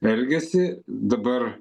elgiasi dabar